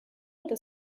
eta